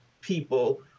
people